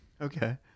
Okay